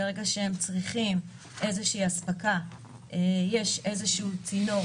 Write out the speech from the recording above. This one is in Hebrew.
ברגע שהם צריכים איזושהי אספקה יש איזשהו צינור